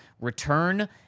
return